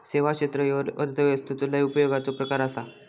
सेवा क्षेत्र ह्यो अर्थव्यवस्थेचो लय उपयोगाचो प्रकार आसा